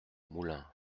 moulins